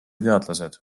teadlased